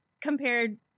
compared